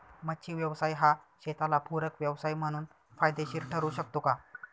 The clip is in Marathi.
मच्छी व्यवसाय हा शेताला पूरक व्यवसाय म्हणून फायदेशीर ठरु शकतो का?